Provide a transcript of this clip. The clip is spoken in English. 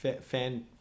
fan